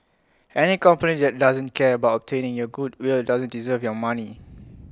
any company that doesn't care about obtaining your goodwill doesn't deserve your money